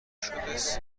شدس